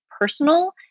personal